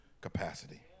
capacity